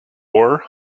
war